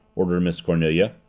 ordered miss cornelia.